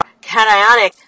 cationic